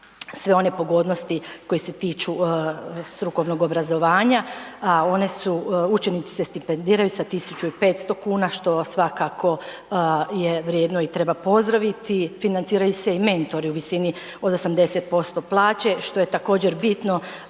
sve one pogodnosti koje se tiču strukovnog obrazovanja, a one su, učenici se stipendiraju sa 1.500 kuna što svakako je vrijedno i treba pozdraviti. Financiraju se i mentori u visini od 80% plaće što je također bitno,